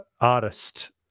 artist